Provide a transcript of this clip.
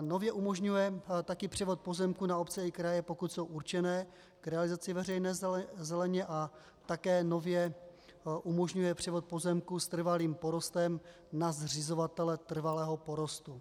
Nově umožňuje také převod pozemků na obce i kraje, pokud jsou určeny k realizaci veřejné zeleně, a také nově umožňuje převod pozemků s trvalým porostem na zřizovatele trvalého porostu.